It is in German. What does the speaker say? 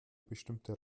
bestimmte